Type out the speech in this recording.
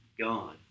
God